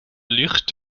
lucht